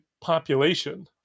population